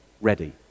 ready